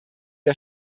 der